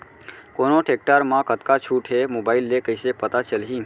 कोन टेकटर म कतका छूट हे, मोबाईल ले कइसे पता चलही?